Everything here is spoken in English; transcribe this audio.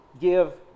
give